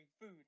food